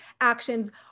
actions